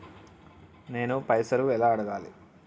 నేను పైసలు ఎలా అడగాలి?